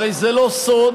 הרי זה לא סוד